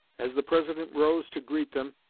as the president rose to greet them,